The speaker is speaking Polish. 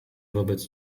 wobec